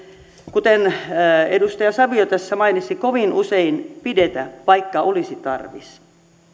kuten edustaja savio tässä mainitsi kovin usein pidetä vaikka olisi tarvis